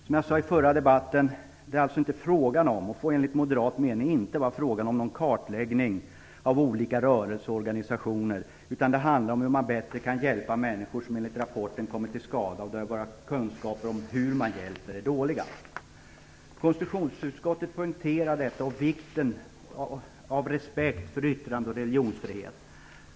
Som jag sade i förra debatten får det enligt moderat mening inte vara frågan om någon kartläggning av olika rörelser och organisationer, utan det handlar om hur man bättre kan hjälpa människor som enligt rapporten kommit till skada, och där våra kunskaper om hur man hjälper är dåliga. Konstitutionsutskottet poängterar detta, och vikten av respekt för yttrande och religionsfrihet.